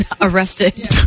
arrested